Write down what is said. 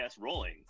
rolling